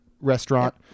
restaurant